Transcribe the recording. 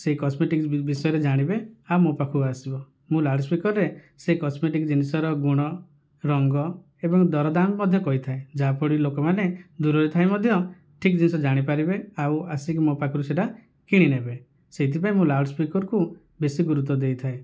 ସେହି କସମେଟିକ ବିଷୟରେ ଜାଣିବେ ଆଉ ମୋ ପାଖକୁ ଆସିବେ ମୁଁ ଲାଉଡ଼ ସ୍ପିକରରେ ସେହି କସମେଟିକ ଜିନିଷର ଗୁଣ ରଙ୍ଗ ଏବଂ ଦରଦାମ ମଧ୍ୟ କହିଥାଏ ଯାହା ଫଳରେ କି ଲୋକମାନେ ଦୂରରେ ଥାଇ ମଧ୍ୟ ଠିକ ଜିନିଷ ଜାଣି ପାରିବେ ଆଉ ଆସିକି ମୋ ପାଖରୁ ସେଇଟା କିଣିନେବେ ସେଇଥିପାଇଁ ମୁଁ ଲାଉଡ଼ ସ୍ପିକରକୁ ବେଶୀ ଗୁରୁତ୍ୱ ଦେଇଥାଏ